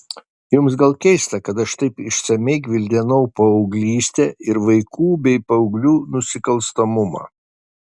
jums gal keista kad aš taip išsamiai gvildenau paauglystę ir vaikų bei paauglių nusikalstamumą